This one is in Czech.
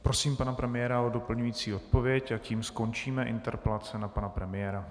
Prosím pana premiéra o doplňující odpověď a tím skončíme interpelace na pana premiéra.